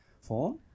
form